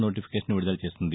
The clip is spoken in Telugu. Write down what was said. నోటిఫికేషన్ విడుదల చేసింది